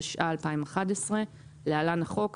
התשע"א-2011 (להלן החוק),